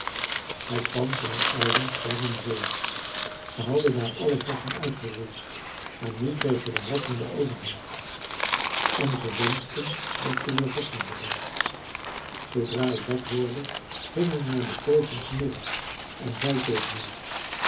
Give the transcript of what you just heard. hij kwam van een eiland ver in zee ze hadden daar alle vossen uitgeroeid maar nu kregen de ratten de overhand en ze wenschten dat ze weer vossen hadden zoodra ik dat hoorde ging ik naar de kooi van smirre en zei tegen hem